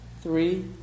three